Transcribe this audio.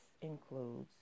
includes